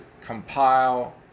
compile